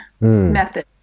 method